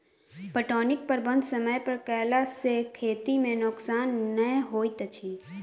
पटौनीक प्रबंध समय पर कयला सॅ खेती मे नोकसान नै होइत अछि